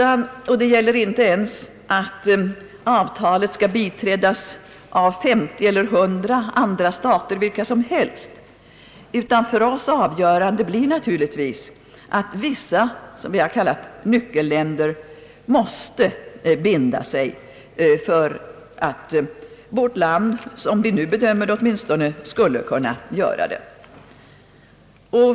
Det viktiga är inte heller att avtalet skall biträdas av 50 eller 100 andra stater vilka som helst, utan det för oss avgörande är naturligtvis att vissa »nyckelländer» måste binda sig, för att vårt land, som vi nu bedömer det åtminstone, skall kunna göra det.